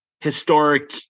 historic